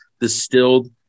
distilled